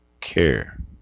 care